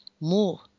more